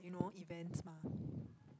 cause like you know events mah